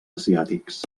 asiàtics